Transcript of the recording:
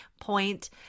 point